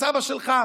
הסבא שלך,